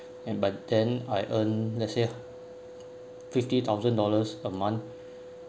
and but then I earn let's say fifty thousand dollars a month